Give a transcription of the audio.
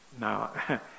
now